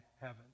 heaven